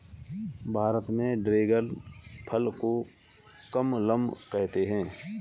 भारत में ड्रेगन फल को कमलम कहते है